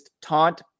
taunt